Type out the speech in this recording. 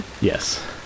Yes